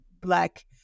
black